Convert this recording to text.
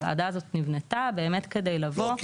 הוועדה הזאת נבנתה באמת כדי לבוא --- לא,